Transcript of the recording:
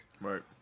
right